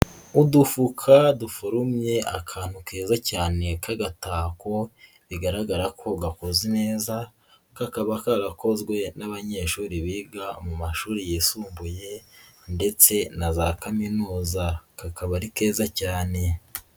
Udufuka duforumye akantu keza cyane k'agatako bigaragara ko gakoze neza kakaba karakozwe n'abanyeshuri biga mu mashuri yisumbuye ndetse na za kaminuza, kakaba ari keza cyane.